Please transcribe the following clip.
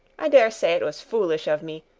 i daresay it was foolish of me,